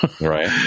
Right